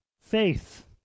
faith